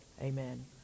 Amen